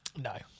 no